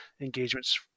engagements